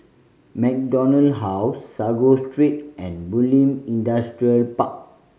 MacDonald House Sago Street and Bulim Industrial Park